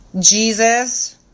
Jesus